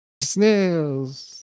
Snails